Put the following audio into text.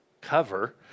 cover